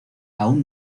aún